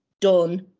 done